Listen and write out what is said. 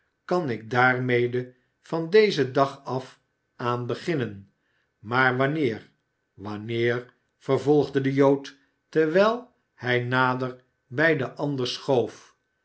kan ik daarmede van dezen dag af aan beginnen maar wanneer wanneer vervolgde de jood terwijl hij nader bij den ander schoof